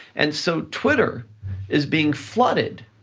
and so twitter is being flooded,